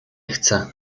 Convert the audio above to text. chcę